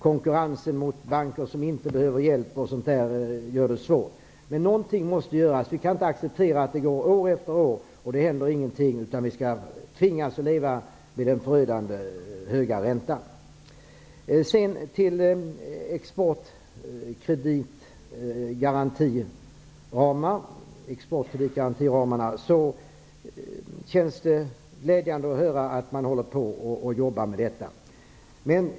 Konkurrensen med banker som inte behöver hjälp gör det svårt. Men någonting måste göras. Vi kan inte acceptera att år efter år tvingas leva med den förödande höga räntan utan att det händer någonting. Det är glädjande att höra att man håller på att jobba med exportkreditgarantiramarna.